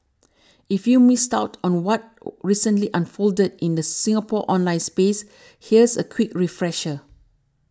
if you've missed out on what recently unfolded in the Singapore online space here's a quick refresher